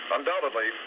Undoubtedly